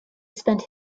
spent